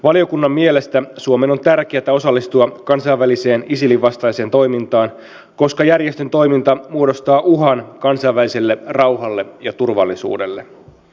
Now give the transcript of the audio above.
valiokunnan mielestä suomen on tärkeätä osallistua kansainväliseen isilin vastaiseen toimintaan koska järjestön toiminta muodostaa uhan kansainväliselle rauhalle ja turvallisuudelle